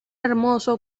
hermoso